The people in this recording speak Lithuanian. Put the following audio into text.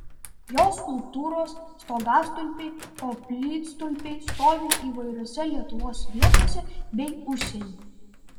jo skulptūros stogastulpiai koplytstulpiai stovi įvairiose lietuvos vietose bei užsienyje